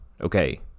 okay